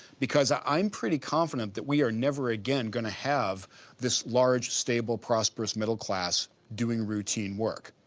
because i am pretty confident that we are never again going to have this large, stable, prosperous middle class doing routine work.